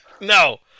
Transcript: No